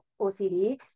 OCD